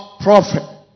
prophet